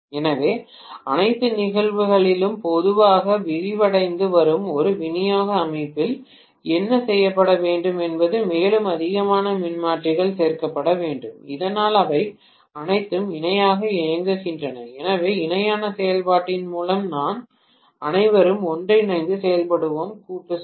எனவே அனைத்து நிகழ்தகவுகளிலும் மெதுவாக விரிவடைந்து வரும் ஒரு விநியோக அமைப்பில் என்ன செய்யப்பட வேண்டும் என்பது மேலும் அதிகமான மின்மாற்றிகள் சேர்க்கப்பட வேண்டும் இதனால் அவை அனைத்தும் இணையாக இயங்குகின்றன எனவே இணையான செயல்பாட்டின் மூலம் நாம் அனைவரும் ஒன்றிணைந்து செயல்படுவோம் கூட்டு சுமை